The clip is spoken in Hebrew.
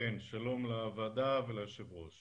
שלום לוועדה וליושב ראש.